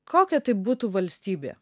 kokia tai būtų valstybė